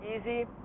easy